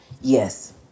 Yes